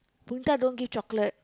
Punitha don't give chocolate